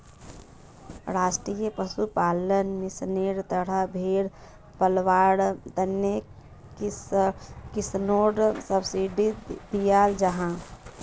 राष्ट्रीय पशुपालन मिशानेर तहत भेड़ पलवार तने किस्सनोक सब्सिडी दियाल जाहा